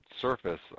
Surface